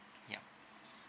ya